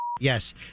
Yes